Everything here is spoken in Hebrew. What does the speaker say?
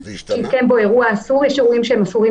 אם מתקיים בו אירוע אסור - יש אירועים אסורים